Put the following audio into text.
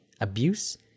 abuse